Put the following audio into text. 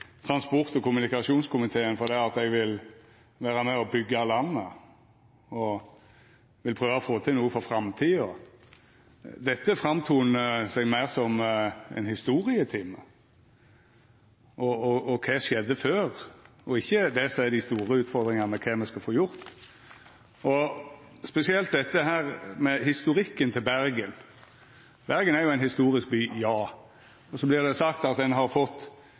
transport- og kommunikasjonskomiteen fordi eg vil vera med og byggja landet og prøva å få til noko for framtida. Dette framstår meir som ein historietime med kva som skjedde før, og ikkje det som er dei store utfordringane: kva me skal få gjort. Spesielt gjeld det dette med historikken til Bergen. Bergen er jo ein historisk by – ja. Så vert det sagt at ein har fått